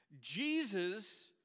Jesus